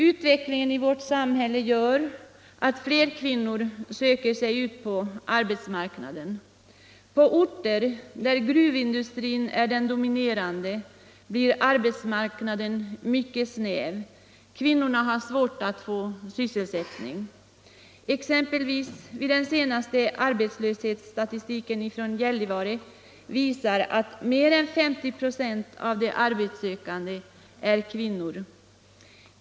Utvecklingen i vårt samhälle gör att fler kvinnor söker sig ut på arbetsmarknaden. På orter där gruvindustrin är den dominerande näringen blir arbetsmarknaden mycket snäv och kvinnorna har svårt att få sysselsättning. Den senaste arbetslöshetsstatistiken från Gällivare visar 1. ex. att mer än 50 96 av de arbetssökande är kvinnor.